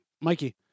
Mikey